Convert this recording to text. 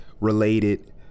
related